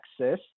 access